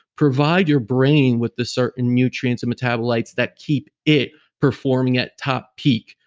provide your brain with the certain nutrients and metabolites that keep it performing at top peak.